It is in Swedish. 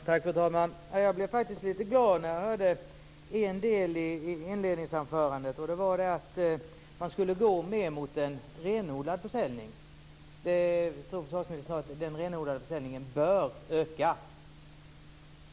Fru talman! Jag blev faktiskt lite glad när jag hörde en del av inledningsanförandet som handlade om att man skulle gå mer mot en renodlad försäljning. Jag tror att försvarsministern sade att denna renodlade försäljning bör öka.